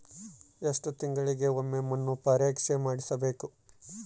ಎಷ್ಟು ತಿಂಗಳಿಗೆ ಒಮ್ಮೆ ಮಣ್ಣು ಪರೇಕ್ಷೆ ಮಾಡಿಸಬೇಕು?